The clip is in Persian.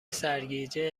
سرگیجه